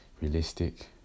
realistic